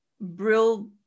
Brill